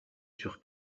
sur